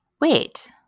wait